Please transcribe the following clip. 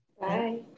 Bye